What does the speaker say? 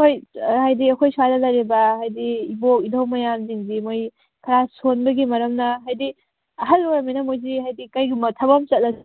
ꯍꯣꯏ ꯍꯥꯏꯗꯤ ꯑꯩꯈꯣꯏ ꯁ꯭ꯋꯥꯏꯗ ꯂꯩꯔꯤꯕ ꯍꯥꯏꯗꯤ ꯏꯕꯣꯛ ꯏꯙꯧ ꯃꯌꯥꯝꯁꯤꯡꯁꯤ ꯃꯣꯏ ꯈꯔ ꯁꯣꯟꯕꯒꯤ ꯃꯔꯝꯅ ꯍꯥꯏꯗꯤ ꯑꯍꯜ ꯑꯣꯏꯔꯃꯤꯅ ꯃꯣꯏꯁꯤ ꯍꯥꯏꯗꯤ ꯀꯔꯤꯒꯨꯝꯕ ꯊꯕꯛ ꯑꯃ ꯆꯠꯂꯁꯨ